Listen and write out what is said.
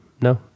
no